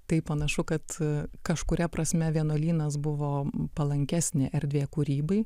tai panašu kad kažkuria prasme vienuolynas buvo palankesnė erdvė kūrybai